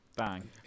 Bang